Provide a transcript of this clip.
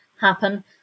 happen